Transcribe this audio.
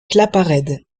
claparède